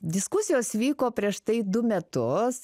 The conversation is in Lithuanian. diskusijos vyko prieš tai du metus